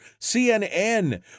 CNN